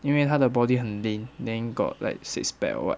因为他的 body 很 lean then got like six pack or what